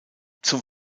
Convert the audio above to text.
zum